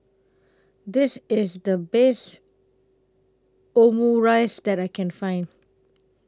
This IS The Best Omurice that I Can Find